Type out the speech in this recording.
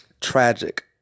tragic